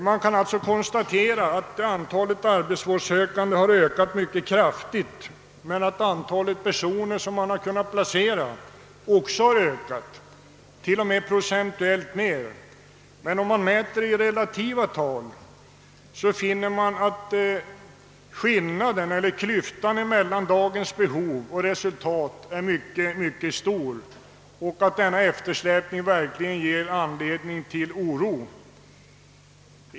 Man kan alltså konstatera att antalet arbetsvårdssökande har ökat mycket kraftigt men att antalet personer som kunnat placeras också har ökat. — Till och med procentuellt mer. Men om man mäter i relativa tal finner man att klyftan mellan dagens behov och resultat är mycket stor och att eftersläpningen verkligen ger anledning till oro.